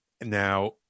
Now